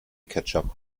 ketchup